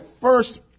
first